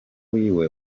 wiwe